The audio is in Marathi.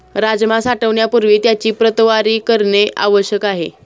राजमा साठवण्यापूर्वी त्याची प्रतवारी करणे आवश्यक आहे